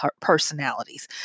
personalities